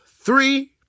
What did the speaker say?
three